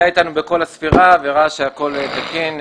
היה איתנו בכל הספירה וראה שהכול תקין.